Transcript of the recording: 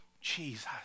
Jesus